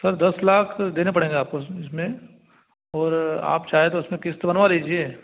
sir दस लाख देने पड़ेंगे आपको इसमें और आप चाहें तो उसमें किश्त बनवा लीजिए